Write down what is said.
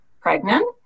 pregnant